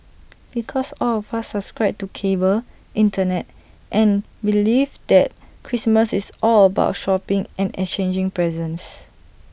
because all of us subscribe to cable Internet and belief that Christmas is all about shopping and exchanging presents